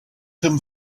him